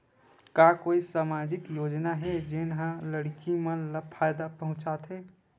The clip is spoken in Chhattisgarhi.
का कोई समाजिक योजना हे, जेन हा लड़की मन ला फायदा पहुंचाथे?